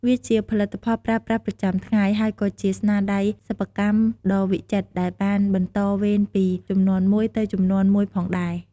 វាជាផលិតផលប្រើប្រាស់ប្រចាំថ្ងៃ ហើយក៏ជាស្នាដៃសិប្បកម្មដ៏វិចិត្រដែលបានបន្តវេនពីជំនាន់មួយទៅជំនាន់មួយផងដែរ។